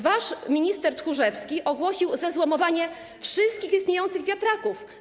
Wasz minister Tchórzewski ogłosił zezłomowanie wszystkich istniejących wiatraków.